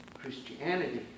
Christianity